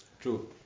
True